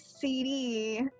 CD